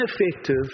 Ineffective